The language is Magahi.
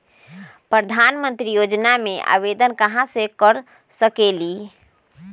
प्रधानमंत्री योजना में आवेदन कहा से कर सकेली?